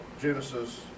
Genesis